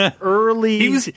early